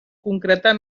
concretar